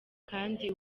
kandi